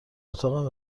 اتاقم